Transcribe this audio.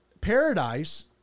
Paradise